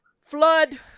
Flood